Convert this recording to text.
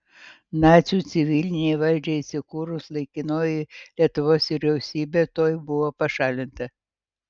nacių civilinei valdžiai įsikūrus laikinoji lietuvos vyriausybė tuoj buvo pašalinta